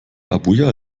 abuja